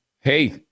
hey